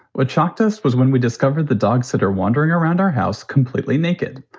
what shocked us was when we discovered the dog sitter wandering around our house completely naked.